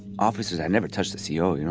officers i'd never touched the ceo,